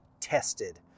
tested